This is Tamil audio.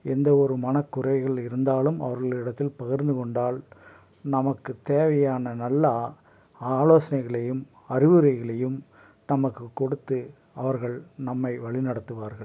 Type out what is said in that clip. எந்த ஒரு மனக்குறைகள் இருந்தாலும் அவர்கள் இடத்தில் பகிர்ந்து கொண்டால் நமக்குத் தேவையான நல்ல ஆலோசனைகளையும் அறிவுரைகளையும் தமக்கு கொடுத்து அவர்கள் நம்மை வழி நடத்துவார்கள்